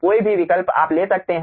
कोई भी विकल्प आप ले सकते हैं